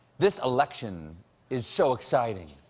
this election is so exciting.